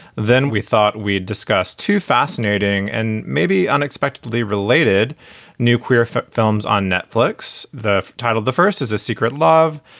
then we thought we'd discuss two fascinating and maybe unexpectedly related new queer films on netflix. the titled the first is a secret love,